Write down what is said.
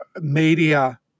media